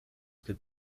could